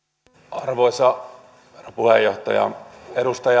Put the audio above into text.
arvoisa puheenjohtaja edustaja